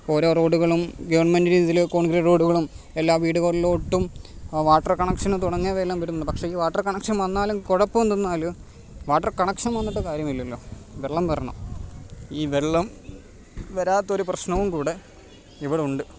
ഓരോ റോഡുകളും ഗവൺമെൻറ്റിൻ്റെ ഇതില് കോൺക്രീറ്റ് റോഡുകളും എല്ലാ വീടുകളിലോട്ടും വാട്ടർ കണക്ഷനും തുടങ്ങിയവയെല്ലാം വരുന്നുണ്ട് പക്ഷേ ഈ വാട്ടർ കണക്ഷൻ വന്നാലും കുഴപ്പമെന്തെന്നാല് വാട്ടർ കണക്ഷൻ വന്നിട്ട് കാര്യമില്ലല്ലോ വെള്ളം വരണം ഈ വെള്ളം വരാത്തൊരു പ്രശ്നവുങ്കൂടെ ഇവിടുണ്ട്